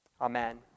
amen